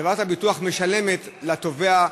חברת הביטוח משלמת לתובע,